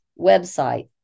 website